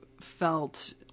felt